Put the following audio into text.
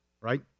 Right